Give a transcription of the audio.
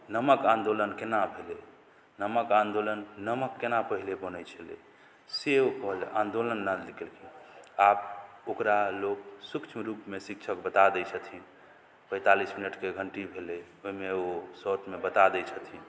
नमक आन्दोलन केना भेलै नमक आन्दोलन नमक केना पहिले बनै छलै से ओ कहलक आन्दोलन नद केलखिन आब ओकरा लोक सुक्ष्म रूपमे शिक्षक बता दै छथिन पैंतालिस मिनटके घण्टी भेलै ओहिमे ओ शौर्टमे बता दै छथिन